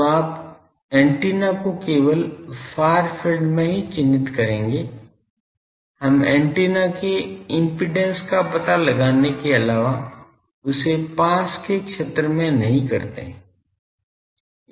तो आप एंटीना को केवल फार फील्ड में ही चिह्नित करेंगे हम एंटीना के इम्पीडेन्स का पता लगाने के अलावा इसे पास के क्षेत्र में नहीं करते हैं